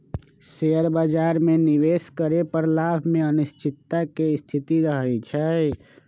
share बाजार में निवेश करे पर लाभ में अनिश्चितता के स्थिति रहइ छइ